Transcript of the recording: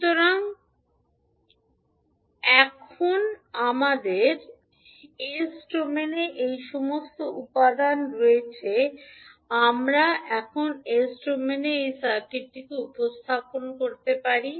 সুতরাং এখন আমাদের এস ডোমেনে এই সমস্ত উপাদান রয়েছে আমরা এখন এস ডোমেনে এই সার্কিটটি উপস্থাপন করতে পারি